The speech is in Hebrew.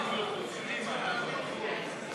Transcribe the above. הצעת סיעת הרשימה המשותפת להביע אי-אמון בממשלה לא נתקבלה.